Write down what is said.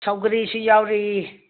ꯁꯧꯒ꯭ꯔꯤꯁꯨ ꯌꯥꯎꯔꯤ